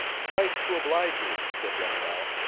twice, to oblige you, said randolph.